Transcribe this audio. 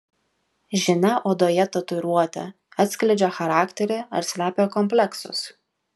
žinia odoje tatuiruotė atskleidžia charakterį ar slepia kompleksus